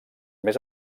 més